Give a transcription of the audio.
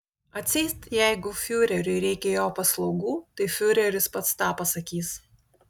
atseit jeigu fiureriui reikia jo paslaugų tai fiureris pats tą pasakys